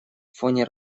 фоне